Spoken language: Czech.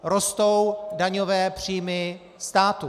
Rostou daňové příjmy státu.